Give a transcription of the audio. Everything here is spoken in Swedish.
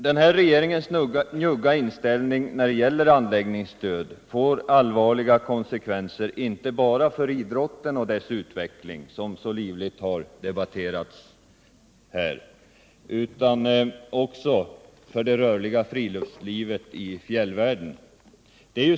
Denna regeringens njugga inställning när det gäller anläggningsstöd får allvarliga konsekvenser inte bara för idrotten och dess utveckling —-som mina partikamrater tidigare utvecklat — utan även för det rörliga friluftslivet i fjällvärlden.